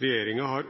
Regjeringa har,